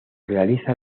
realiza